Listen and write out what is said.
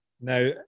Now